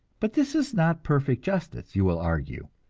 but this is not perfect justice, you will argue.